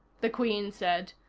the queen said.